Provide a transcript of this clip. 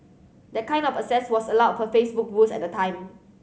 that kind of access was allowed per Facebook rules at the time